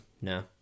No